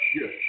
yes